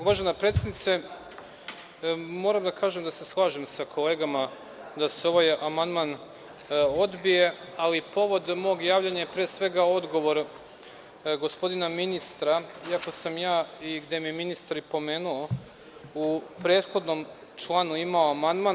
Uvažena predsednice, moram da kažem da se slažem sa kolegama da se ovaj amandman odbije, ali povod mog javljanja je pre svega odgovor gospodina ministra, gde me je ministar i pomenuo, u prethodnom članu imao amandman.